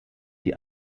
die